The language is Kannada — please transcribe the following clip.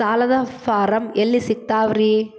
ಸಾಲದ ಫಾರಂ ಎಲ್ಲಿ ಸಿಕ್ತಾವ್ರಿ?